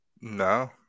No